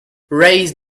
raise